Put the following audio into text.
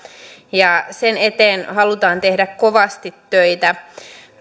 ja sen eteen halutaan tehdä kovasti töitä